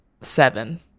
seven